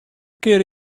kear